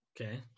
Okay